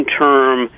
term